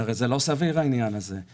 הרי העניין הזה לא סביר.